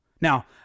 Now